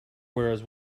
whereas